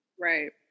Right